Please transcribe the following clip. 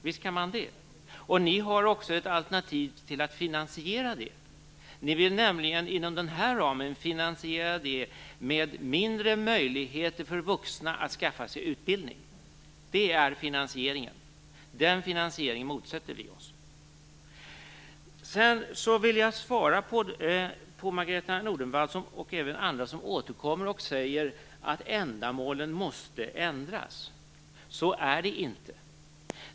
Visst kan man det! Ni har också ett alternativ för finansiering, nämligen att inom den här ramen finansiera detta med mindre möjligheter för vuxna att skaffa sig utbildning. Det är finansieringen, och den finansieringen motsätter vi oss. Sedan vill jag svara Margareta E Nordenvall, och även andra, som återkommer till att ändamålen måste ändras: Så är det inte.